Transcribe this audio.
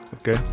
Okay